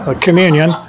Communion